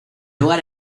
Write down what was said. lugar